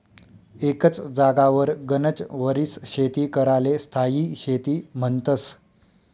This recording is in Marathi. एकच जागावर गनच वरीस शेती कराले स्थायी शेती म्हन्तस